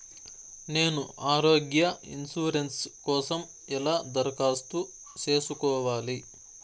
నేను ఆరోగ్య ఇన్సూరెన్సు కోసం ఎలా దరఖాస్తు సేసుకోవాలి